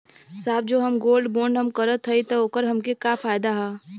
साहब जो हम गोल्ड बोंड हम करत हई त ओकर हमके का फायदा ह?